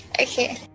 Okay